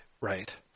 Right